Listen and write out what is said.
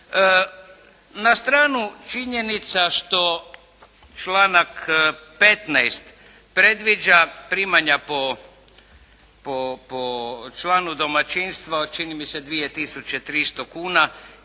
Na stranu činjenica što članak 15. predviđa primanja po članu domaćinstva od čini mi se 2.300,00 kuna